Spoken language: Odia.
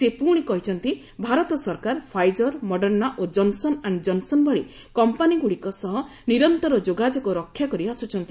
ସେ ପୁଣି କହିଛନ୍ତି ଭାରତ ସରକାର ଫାଇଜର ମଡର୍ଣ୍ଣା ଓ ଜନ୍ସନ୍ ଆଶ୍ଡ ଜନ୍ସନ୍ ଭଳି କମ୍ପାନୀ ଗୁଡ଼ିକ ସହ ନିରନ୍ତର ଯୋଗାଯୋଗ ରକ୍ଷା କରି ଆସୁଛନ୍ତି